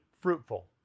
fruitful